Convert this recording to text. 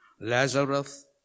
Lazarus